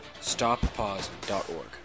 Stoppause.org